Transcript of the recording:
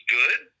good